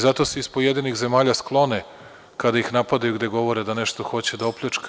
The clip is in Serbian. Zato se iz pojedinih zemalja sklone kada ih napadaju, gde govore da nešto hoće da opljačkaju.